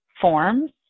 forms